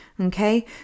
Okay